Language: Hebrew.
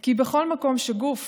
כי בכל מקום שגוף